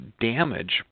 damage